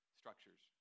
structures